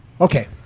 Okay